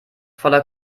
voller